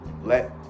let